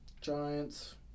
Giants